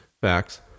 Facts